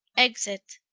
exit